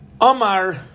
Omar